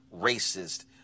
racist